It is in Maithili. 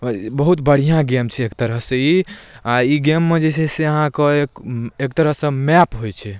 बहुत बढ़िआँ गेम छै एक तरहसँ ई आओर ई गेममे जे छै से अहाँके एक तरहसँ मैप होइ छै